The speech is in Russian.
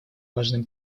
важным